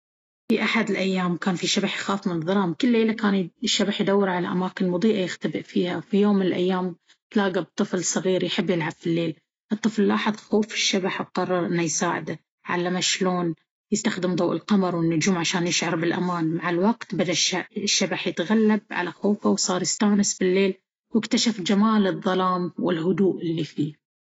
في أحد الأيام، كان فيه شبح يخاف من الظلام. كل ليلة، كان الشبح يدور على أماكن مضيئة يختبئ فيها. في يوم من الأيام، تلاقى بطفل صغير يحب يلعب في الليل. الطفل لاحظ خوف الشب-الشبح وقرر أن يساعده. علمه شلون يستخدم ضوء القمر والنجوم عشان يشعر بالأمان. مع الوقت، بدأ الشبح يتغلب على خوفه وصار يستانس بالليل، واكتشف جمال الظلام والهدوء اللي فيه.